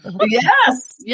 Yes